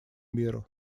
миру